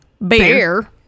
bear